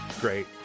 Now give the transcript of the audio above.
great